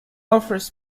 offers